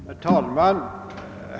Herr talman!